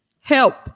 Help